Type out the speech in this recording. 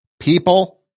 People